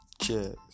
Cheers